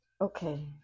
okay